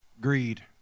Greed